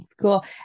Cool